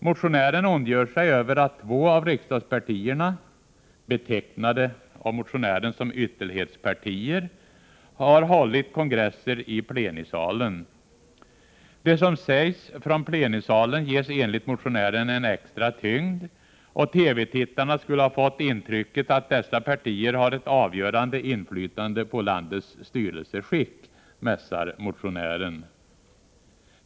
Motionären ondgör sig över att två av riksdagspartierna — betecknade av motionären som ytterlighetspartier — har hållit kongresser i plenisalen. Det som sägs från plenisalen ges enligt motionären en extra tyngd, och TV-tittarna skulle ha fått intrycket att dessa partier har ett avgörande inflytande på landets styrelseskick, mässar motionären.